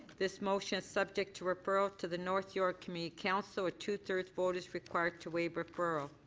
this motion is subject to referral to the north york community council. a two-thirds vote is required to waive referral.